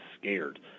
scared